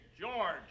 George